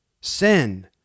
Sin